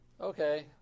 okay